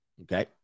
Okay